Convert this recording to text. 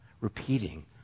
Repeating